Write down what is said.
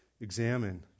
examine